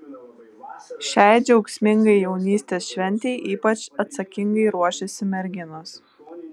šiai džiaugsmingai jaunystės šventei ypač atsakingai ruošiasi merginos